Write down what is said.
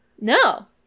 No